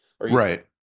right